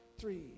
Three